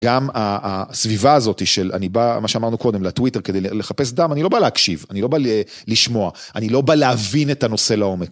גם הסביבה הזאת של אני בא, מה שאמרנו קודם, לטוויטר כדי לחפש דם, אני לא בא להקשיב, אני לא בא לשמוע, אני לא בא להבין את הנושא לעומק.